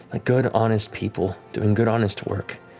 a good, honest people doing good, honest work,